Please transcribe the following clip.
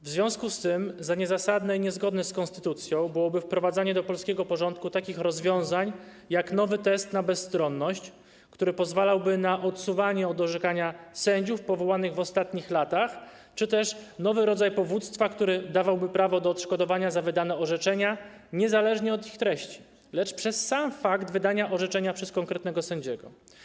W związku z tym za niezasadne i niezgodne z konstytucją byłoby wprowadzanie do polskiego porządku takich rozwiązań jak nowy test na bezstronność, który pozwalałby na odsuwanie od orzekania sędziów powołanych w ostatnich latach, czy też nowy rodzaj powództwa, który dawałby prawo do odszkodowania za wydane orzeczenia niezależnie od ich treści, lecz przez sam fakt wydania orzeczenia przez konkretnego sędziego.